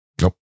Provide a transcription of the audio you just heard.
nope